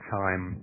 time